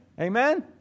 Amen